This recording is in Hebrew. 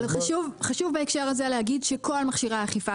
חשוב בהקשר הזה להגיד שכל מכשירי האכיפה